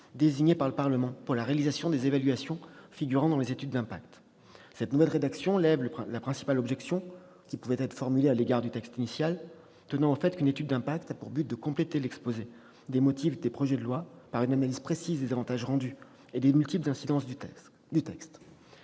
désignées par le Parlement, pour la réalisation des évaluations figurant dans les études d'impact. Elle lève ainsi la principale objection qui pouvait être formulée à l'égard du texte initial, tenant au fait qu'une étude d'impact a pour objet de compléter l'exposé des motifs des projets de loi par une analyse précise des avantages attendus et des multiples incidences du texte.